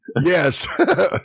Yes